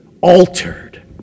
altered